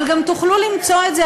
אבל גם תוכלו למצוא את זה,